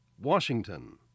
Washington